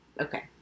Okay